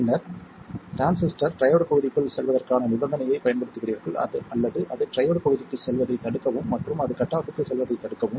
பின்னர் transistor triode பகுதிக்குள் செல்வதற்கான நிபந்தனையைப் பயன்படுத்துகிறீர்கள் அல்லது அது ட்ரையோட் பகுதிக்குச் செல்வதைத் தடுக்கவும் மற்றும் அது கட் ஆஃப்க்கு செல்வதைத் தடுக்கவும்